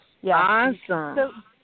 Awesome